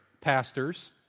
pastors